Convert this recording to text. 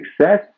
success